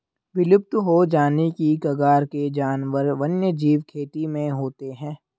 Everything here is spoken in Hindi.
विलुप्त हो जाने की कगार के जानवर वन्यजीव खेती में होते हैं